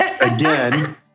again